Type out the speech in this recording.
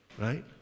Right